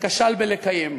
וכשל בלקיים,